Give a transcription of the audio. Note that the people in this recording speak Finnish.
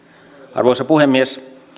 arvoisa puhemies